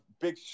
big